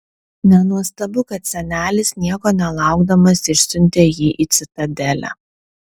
nenuostabu kad senelis nieko nelaukdamas išsiuntė jį į citadelę